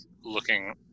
looking